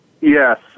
Yes